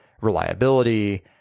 reliability